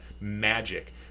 magic